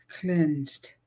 cleansed